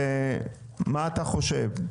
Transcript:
ומה אתה חושב?